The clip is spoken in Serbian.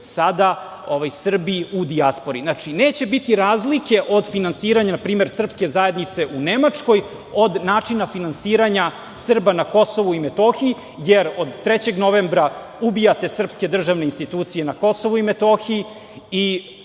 sada Srbi u dijaspori. Znači, neće biti razlike od finansiranja srpske zajednice u Nemačkoj od načina finansiranja Srba na Kosovu i Metohiji, jer od 3. novembra ubijate srpske državne institucije na Kosovu i Metohiji i